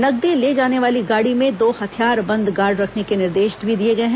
नकदी ले जाने वाली गाड़ी में दो हथियारबंद गार्ड रखने के निर्देश दिए गए हैं